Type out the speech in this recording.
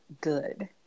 good